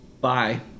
bye